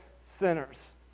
sinners